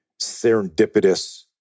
serendipitous